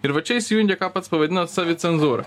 ir va čia įsijungia ką pats pavadinot savicenzūra